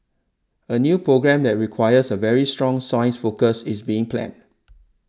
a new programme that requires a very strong science focus is being planned